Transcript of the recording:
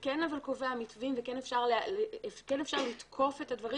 אבל שכן קובע מתווים וכן אפשר לתקוף את הדברים